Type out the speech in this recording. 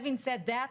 Having said that,